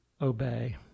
obey